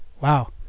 Wow